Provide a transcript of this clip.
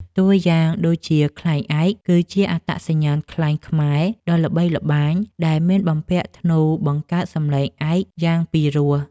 តួយ៉ាងដូចជា ខ្លែងឯក គឺជាអត្តសញ្ញាណខ្លែងខ្មែរដ៏ល្បីល្បាញ ដែលមានបំពាក់ធ្នូបង្កើតសំឡេង ឯក យ៉ាងពីរោះ។